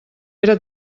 era